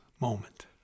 moment